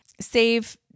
save